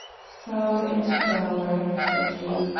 sour and dour said he.